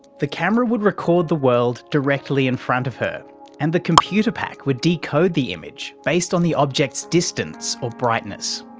the camera would record the world directly in front of her and the computer pack would decode the image based on the object's distance or brightness.